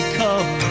come